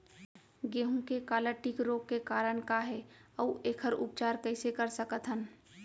गेहूँ के काला टिक रोग के कारण का हे अऊ एखर उपचार कइसे कर सकत हन?